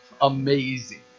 amazing